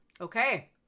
okay